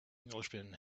englishman